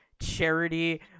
Charity